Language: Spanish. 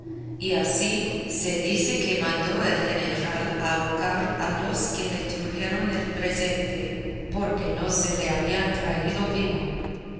y así se dice que mandó el general ahorcar a los que le trujeron el presente porque no se le habían traído vivo